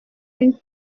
une